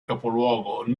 capoluogo